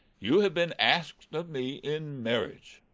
you have been asked of me in marriage.